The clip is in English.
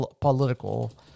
political